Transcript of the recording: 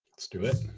let's do it.